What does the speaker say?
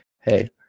hey